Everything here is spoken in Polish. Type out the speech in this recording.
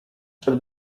przed